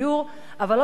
אבל לא פחות חשוב: